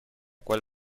cual